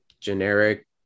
generic